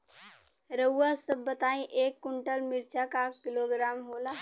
रउआ सभ बताई एक कुन्टल मिर्चा क किलोग्राम होला?